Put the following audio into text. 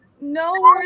no